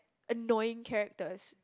annoying characters